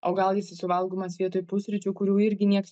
o gal jisai suvalgomas vietoj pusryčių kurių irgi nieks